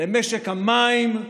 למשק המים,